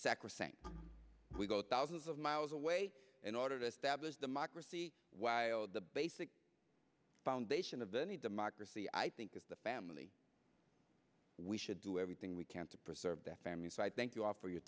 sacrosanct we go thousands of miles away in order to establish democracy while the basic foundation of any democracy i think is the family we should do everything we can to preserve that family so i thank you all for your